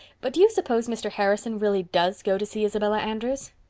but do you suppose mr. harrison really does go to see isabella andrews?